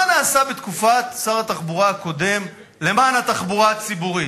מה נעשה בתקופת שר התחבורה הקודם למען התחבורה הציבורית?